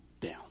down